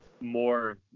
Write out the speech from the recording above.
more